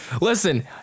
Listen